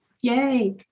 Yay